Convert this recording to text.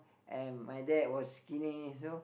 and my dad was skinny so